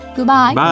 Goodbye